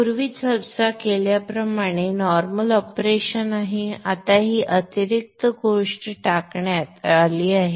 पूर्वी चर्चा केल्याप्रमाणे नॉर्मल ऑपरेशन आहे आता ही अतिरिक्त गोष्ट टाकण्यात आली आहे